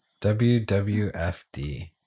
WWFD